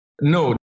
No